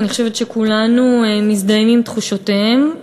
אני חושבת שכולנו מזדהים עם תחושותיהם,